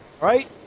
Right